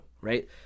right